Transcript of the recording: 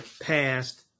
passed